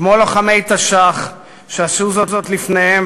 כמו לוחמי תש"ח שעשו זאת לפניהם,